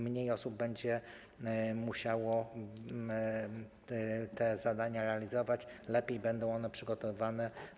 Mniej osób będzie musiało te zadania realizować, lepiej będą one przygotowywane.